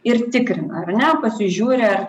ir tikrina ar ne pasižiūri ar